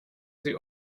sie